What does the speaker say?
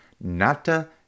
Nata